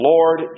Lord